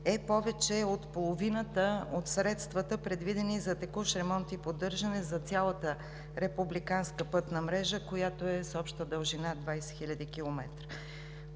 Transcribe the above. е повече от половината от средствата, предвидени за текущ ремонт и поддържане за цялата републиканска пътна мрежа, която е с обща дължина 20 хил. км.